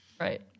Right